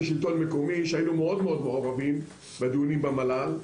כשלטון מקומי שהיינו מאוד-מאוד מעורבים בדיונים במל"ל,